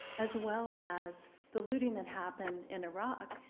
as well as the looting that happened in iraq,